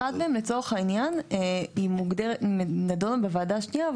אחת מהן, לצורך העניין, היא נדונה בוועדה השנייה.